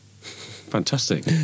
fantastic